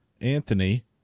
Anthony